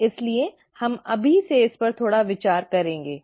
इसलिए हम अभी से इस पर थोड़ा विचार करेंगे